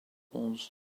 walls